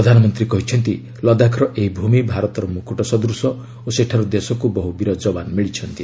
ପ୍ରଧାନମନ୍ତ୍ରୀ କହିଛନ୍ତି ଲଦାଖ୍ର ଏହି ଭୂମି ଭାରତର ମୁକୁଟ ସଦୂଶ ଓ ସେଠାରୁ ଦେଶକୁ ବହୁ ବୀର ଯବାନ ମିଳିଛନ୍ତି